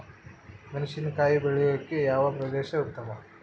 ಮೆಣಸಿನಕಾಯಿ ಬೆಳೆಯೊಕೆ ಯಾವ ಪ್ರದೇಶ ಉತ್ತಮ?